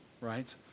right